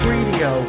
Radio